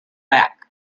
back